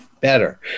better